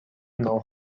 know